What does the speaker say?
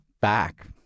back